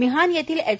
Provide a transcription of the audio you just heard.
मिहान येथील एच